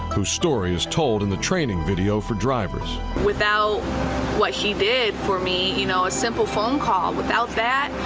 whose story is told in the training video for drivers. without what she did for me, you know a simple phone call, without that,